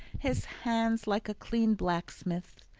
his hands like a clean blacksmith's,